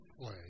play